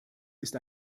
ist